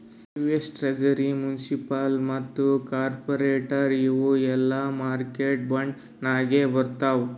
US treasury, municipal ಮತ್ತ corporate ಇವು ಎಲ್ಲಾ ಮಾರ್ಕೆಟ್ ಬಾಂಡ್ ನಾಗೆ ಬರ್ತಾವ್